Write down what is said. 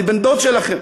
אני בן-דוד שלכם.